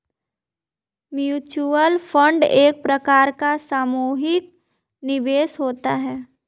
mutual fund एक प्रकार का सामुहिक निवेश होता है